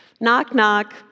Knock-knock